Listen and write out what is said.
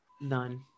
none